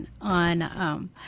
on